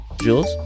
Jules